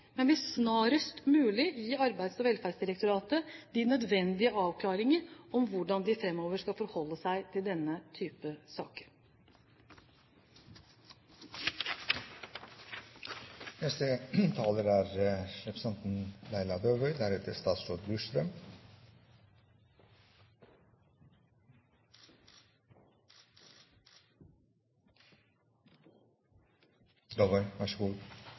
men vil snarest mulig gi Arbeids- og velferdsdirektoratet de nødvendige avklaringer om hvordan de framover skal forholde seg til denne type saker. Jeg takker statsråden for svaret. Mye av svaret går på saksbehandlingen i Nav, og det er